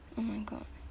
oh my god